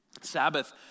Sabbath